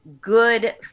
good